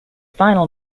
final